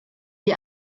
wir